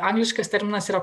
angliškas terminas yra